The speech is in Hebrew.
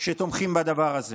שתומכים בדבר הזה.